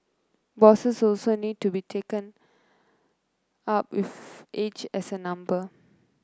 bosses also need to be taken up with age as a number